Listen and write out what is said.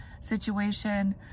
situation